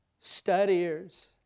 studiers